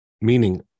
meaning